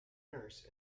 nurse